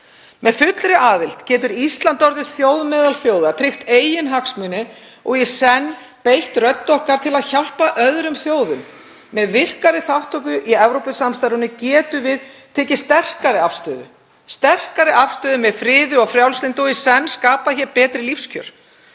Með fullri aðild getur Ísland orðið þjóð meðal þjóða, tryggt eiginhagsmuni og í senn beitt rödd sinni til að hjálpa öðrum þjóðum. Með virkari þátttöku í Evrópusamstarfinu getum við tekið sterkari afstöðu með friði og frjálslyndi og um leið skapað betri lífskjör.